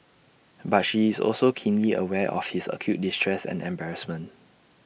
but she is also keenly aware of his acute distress and embarrassment